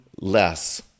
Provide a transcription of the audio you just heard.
Less